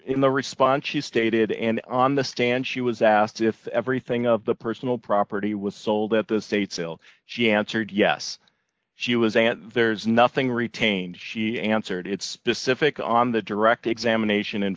in the response she stated and on the stand she was asked if everything of the personal property was sold at the state still she answered yes she was and there's nothing retained she answered it specific on the direct examination in